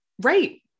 Right